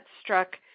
struck